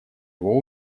его